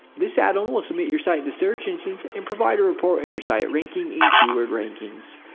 this addon will submit your site to search engines and provide a report on your site ranking and keyword rankings.